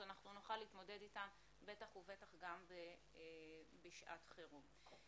אז נוכל להתמודד אתם בטח ובטח גם בשעת חירום.